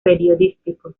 periodístico